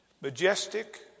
majestic